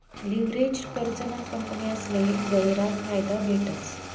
leveraged कर्जना कंपन्यासले गयरा फायदा भेटस